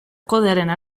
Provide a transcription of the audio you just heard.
kodea